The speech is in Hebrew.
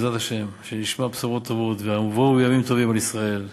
שבעזרת השם נשמע בשורות טובות ויבואו ימים טובים על ישראל,